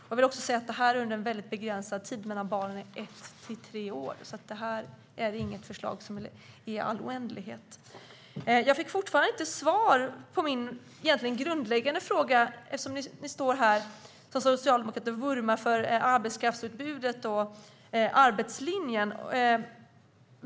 Det gäller också under en väldigt begränsad tid när barnen är ett till tre år. Det är inte ett förslag som gäller i all oändlighet. Jag fick fortfarande inte svar på min grundläggande fråga. Ni står här från Socialdemokraterna och vurmar för arbetskraftsutbudet och arbetslinjen.